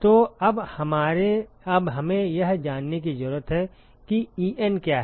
तो अब हमें यह जानने की जरूरत है कि en क्या है